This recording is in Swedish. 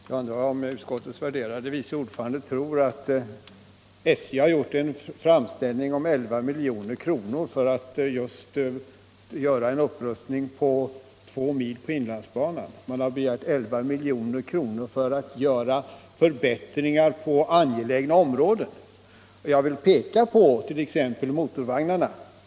Herr talman! Jag undrar om utskottets ärade vice ordförande tror att SJ gjort en framställning om 11 milj.kr. för att göra en upprustning av två mil på inlandsbanan. Man har begärt 11 milj.kr. för att göra förbättringar på angelägna områden. Jag vill återigen nämna motorvagnarna.